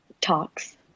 talks